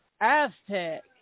Aztec